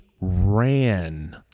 ran